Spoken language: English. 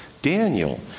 Daniel